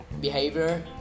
behavior